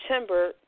September